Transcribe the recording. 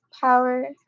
power